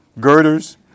girders